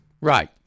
Right